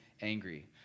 angry